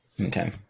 Okay